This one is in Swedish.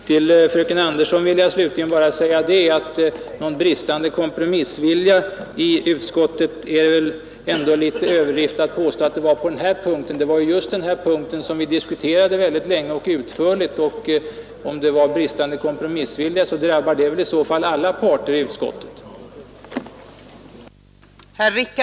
Till fröken Andersson i Stockholm vill jag slutligen bara säga att det väl ändå är överdrift att påstå att det på den här punkten var bristande Nr95 kompromissvilja i utskottet. Det var just denna punkt som vi diskuterade Onsdagen den både länge och utförligt. Om man skall tala om bristande kompromiss 31 maj 1972 vilja drabbar väl den anklagelsen i så fall alla parter i utskottet. — Gymnasieskolans